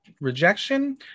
rejection